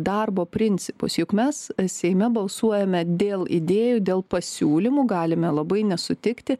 darbo principus juk mes seime balsuojame dėl idėjų dėl pasiūlymų galime labai nesutikti